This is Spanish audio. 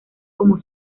como